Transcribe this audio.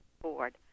board